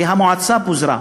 והמועצה פוזרה,